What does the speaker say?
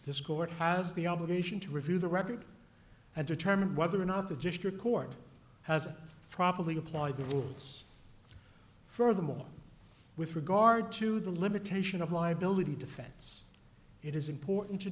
court has the obligation to review the record and determine whether or not the district court has probably applied the rules furthermore with regard to the limitation of liability defense it is important to